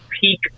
peak